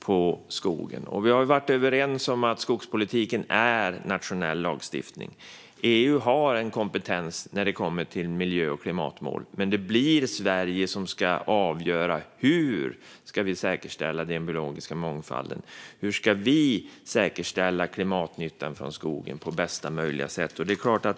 på skogen? Vi har ju varit överens om att skogspolitiken är nationell lagstiftning. EU har en kompetens när det gäller miljö och klimatmål, men det är Sverige som ska avgöra hur vi ska säkerställa den biologiska mångfalden och hur vi ska säkerställa klimatnyttan från skogen på bästa möjliga sätt.